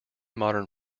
modern